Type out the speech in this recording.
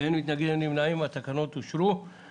אין נמנעים, אין תקנות התעבורה (תיקון מס'...